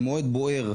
ומאוד בוער,